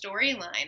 storyline